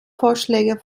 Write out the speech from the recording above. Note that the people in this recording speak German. vorschläge